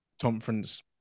conference